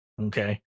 Okay